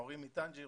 ההורים מטנג'יר,